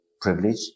privilege